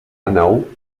àneu